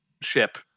ship